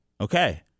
Okay